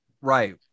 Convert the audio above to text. Right